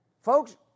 Folks